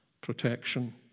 protection